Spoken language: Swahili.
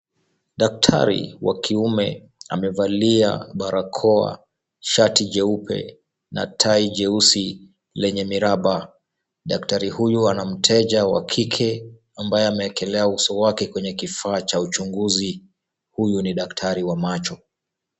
Daktari wa kiume amevalia barakoa, shati jeupe na tai jeusi lenye miraba, daktari huyo ana mteja wa kike ambaye ameekelea uso wake kwenye kifaa cha uchunguzi, huyu ni daktari wa macho.